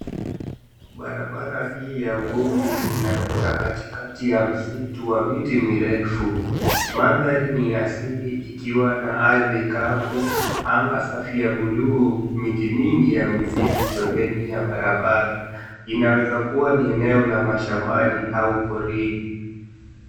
Barabara hii ya vumbi inapita katikati ya msitu wa miti mirefu. Maandhari ni ya asili ikiwa na ardhi kavu, anga safi ya buluu, miti mingi ya misitu pembeni ya barabara. Inaweza kua ni eneo la mashambani au porini.